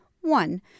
One